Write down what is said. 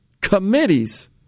committees